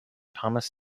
thomas